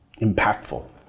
impactful